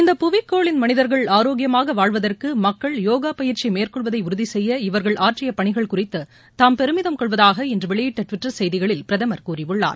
இந்த புவிக்கோளின் மனிதர்கள் ஆரோக்கியமாக வாழ்வதற்கு மக்கள் யோகா பயிற்சி மேற்கொள்வதை உறுதிசெய்ய இவர்கள் ஆற்றிய பணிகள் குறித்து தாம் பெருமிதம் கொள்வதாக இன்று வெளியிட்ட டுவிட்டர் செய்திகளில் பிரதமர் கூறியுள்ளார்